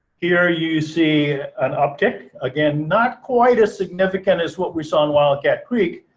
here you see an uptick. again, not quite as significant as what we saw in wildcat creek,